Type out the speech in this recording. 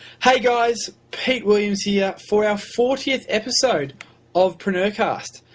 hey guys, pete williams here for our fortieth episode of preneurcast.